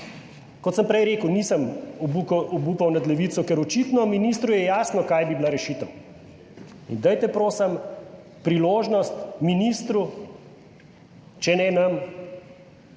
Kot sem prej rekel, nisem obupal nad Levico, ker očitno ministru je jasno, kaj bi bila rešitev in dajte prosim priložnost ministru, če ne nam,